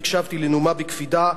הקשבתי לנאומה בקפידה,